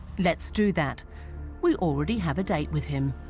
let's do that we already have a date with him